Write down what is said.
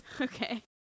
Okay